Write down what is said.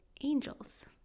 angels